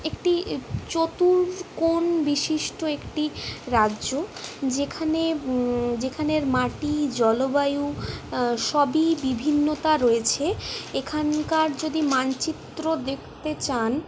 একটু চতুর্কোণ বিশিষ্ট একটি রাজ্য যেখানের যেখানের মাটি জলবায়ু সবই বিভিন্নতা রয়েছে এখানকার যদি মানচিত্র দেখতে চান